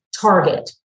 target